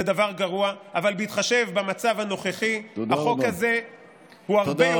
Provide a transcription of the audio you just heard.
זה דבר גרוע, אבל בהתחשב במצב הנוכחי, תודה רבה.